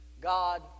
God